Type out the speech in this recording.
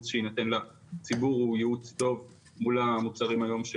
שיינתן לציבור הוא ייעוץ טוב מול המוצרים היום של